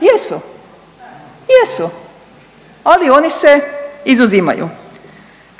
Jesu, jesu, ali oni se izuzimaju,